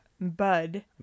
bud